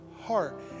heart